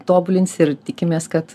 tobulins ir tikimės kad